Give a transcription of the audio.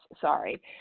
sorry